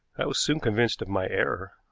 i was soon convinced of my error.